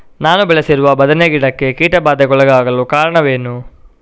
ನಾನು ಬೆಳೆಸಿರುವ ಬದನೆ ಗಿಡಕ್ಕೆ ಕೀಟಬಾಧೆಗೊಳಗಾಗಲು ಕಾರಣವೇನು?